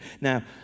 Now